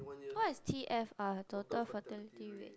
what is T F ah total fertility rate